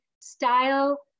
style